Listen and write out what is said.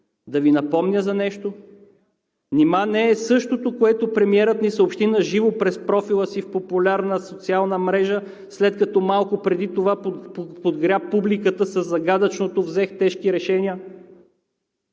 Да Ви напомня за нещо? Нима не е същото, което премиерът ни съобщи на живо през профила си в популярна социална мрежа, след като малко преди това подгря публиката със загадъчното: „Взех тежки решения“?!